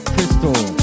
Crystal